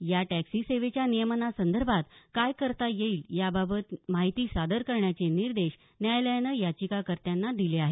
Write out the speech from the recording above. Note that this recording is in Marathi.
या टॅक्सी सेवेच्या नियमनासंदर्भात काय करता येईल याबाबत माहिती सादर करण्याचे निर्देश न्यायालयानं याचिकाकर्त्याना दिले आहेत